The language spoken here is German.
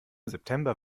september